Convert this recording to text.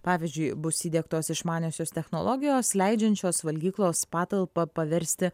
pavyzdžiui bus įdiegtos išmaniosios technologijos leidžiančios valgyklos patalpą paversti